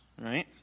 right